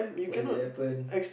what will happen